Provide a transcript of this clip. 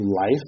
life